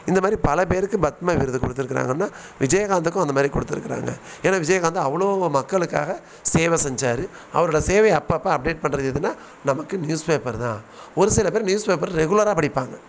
இந்த மாதிரி பல பேருக்கு பத்ம விருது கொடுத்துருக்கறாங்கன்னா விஜயகாந்துக்கும் அந்த மாதிரி கொடுத்துருக்கறாங்க ஏன்னா விஜயகாந்த் அவ்வளோ மக்களுக்காக சேவை செஞ்சார் அவரோடய சேவை அப்பப்போ அப்டேட் பண்ணுறது எதனா நமக்கு நியூஸ் பேப்பரு தான் ஒரு சில பேர் நியூஸ் பேப்பர் ரெகுலராக படிப்பாங்க